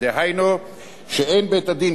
דהיינו שאין בית-הדין,